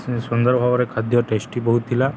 ସେ ସୁନ୍ଦର ଭାବରେ ଖାଦ୍ୟ ଟେଷ୍ଟି ବହୁତ ଥିଲା